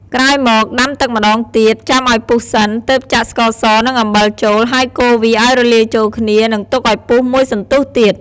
ក្រោយមក ដាំទឹកម្ដងទៀត ចាំឱ្យពុះសិន ទើបចាក់ស្ករសនិងអំបិលចូល ហើយកូរវាឱ្យរលាយចូលគ្នា និងទុកឱ្យពុះមួយសន្ទុះទៀត។